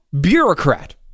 bureaucrat